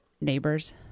neighbors